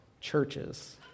churches